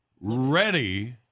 Ready